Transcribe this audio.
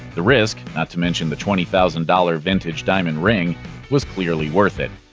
the risk not to mention the twenty thousand dollars vintage diamond ring was clearly worth it.